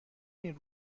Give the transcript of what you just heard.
این